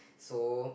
so